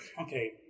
okay